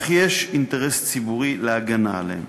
אך יש אינטרס ציבורי לתת הגנה לגביהם.